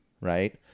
right